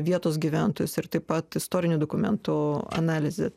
vietos gyventojus ir taip pat istorinių dokumentų analize